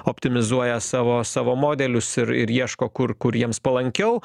optimizuoja savo savo modelius ir ir ieško kur kur jiems palankiau